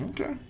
Okay